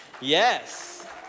yes